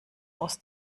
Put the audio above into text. aus